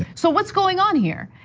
so what's going on here?